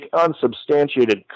unsubstantiated